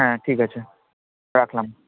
হ্যাঁ ঠিক আছে রাখলাম